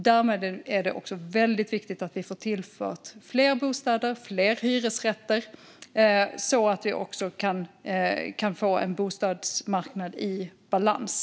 Därför är det viktigt att vi får tillfört fler bostäder och fler hyresrätter så att vi kan få en bostadsmarknad i balans.